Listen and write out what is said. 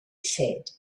said